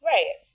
Right